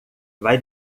vai